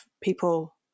people